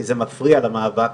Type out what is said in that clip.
כי זה מפריע במאבק